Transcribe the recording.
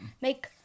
make